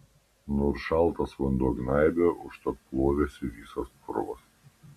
nors šaltas vanduo gnaibė užtat plovėsi visas purvas